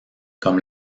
comme